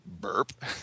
Burp